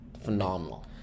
Phenomenal